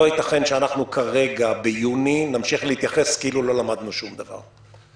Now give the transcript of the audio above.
לא ייתכן שכרגע ביוני נמשיך להתייחס כאילו לא למדנו שום דבר.